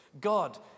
God